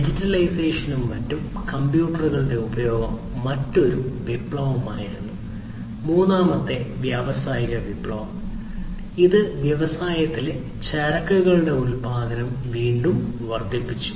ഡിജിറ്റലൈസേഷനിലും മറ്റും കമ്പ്യൂട്ടറുകളുടെ ഉപയോഗം മറ്റൊരു വിപ്ലവമായിരുന്നു മൂന്നാമത്തെ വ്യാവസായിക വിപ്ലവം ഇത് വ്യവസായത്തിലെ ചരക്കുകളുടെ ഉത്പാദനം വീണ്ടും വർദ്ധിപ്പിച്ചു